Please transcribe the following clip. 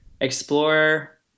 explore